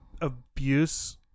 abuse